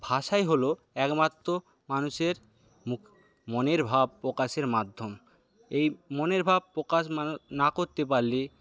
ভাষাই হলো একমাত্র মানুষের মনের ভাব প্রকাশের মাধ্যম এই মনের ভাব প্রকাশ মানে না করতে পারলে